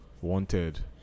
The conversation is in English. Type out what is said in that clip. Wanted